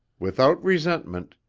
without resentment,